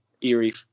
eerie